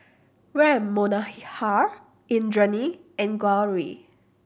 Ram Manohar Indranee and Gauri